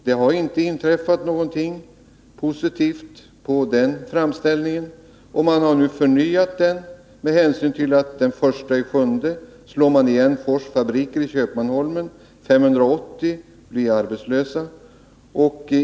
Det har inte inträffat någonting positivt med anledning av den framställningen, och man har nu förnyat den med hänsyn till att Forss fabrik i Köpmanholmen slås igen den 1 juli. 580 blir arbetslösa.